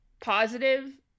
positive